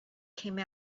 came